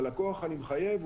אני מחייב את הלקוח,